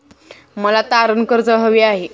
मला तारण कर्ज हवे आहे